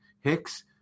Hicks